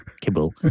Kibble